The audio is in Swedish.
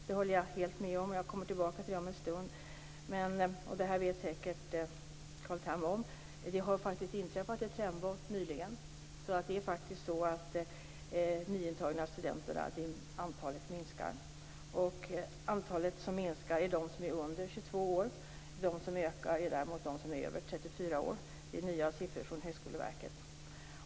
Det återkommer jag till om en stund. Carl Tham vet säkert om att det nyligen inträffat ett trendbrott, så att antalet nyintagna studenter minskar. Bland dem som minskar i antal är de under 22 år, medan de som ökar sin andel är över 34 år. Det är nya siffror från Högskoleverket.